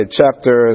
chapter